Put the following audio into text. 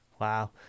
Wow